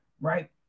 right